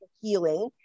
healing